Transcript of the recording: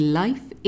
life